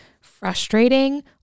frustrating